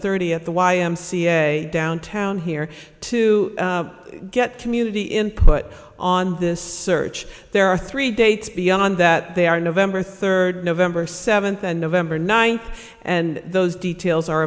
thirty at the y m c a downtown here to get community input on this search there are three dates beyond that they are november third november seventh and november ninth and those details are